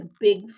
big